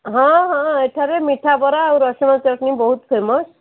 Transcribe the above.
ହଁ ହଁ ଏଠାରେ ମିଠା ବରା ଆଉ ରସୁଣ ଚଟଣି ବହୁତ୍ ଫେମସ୍